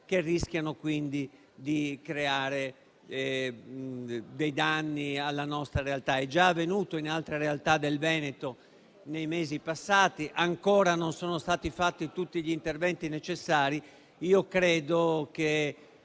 che rischiano quindi di creare danni alla nostra realtà. È già avvenuto in altre aree del Veneto nei mesi passati; ancora non sono stati fatti tutti gli interventi necessari. Io credo che